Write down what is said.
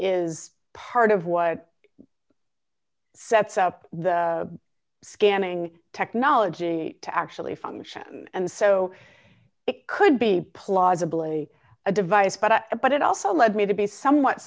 is part of what sets up the scanning technology to actually function and so it could be a plausibly a device but but it also led me to be somewhat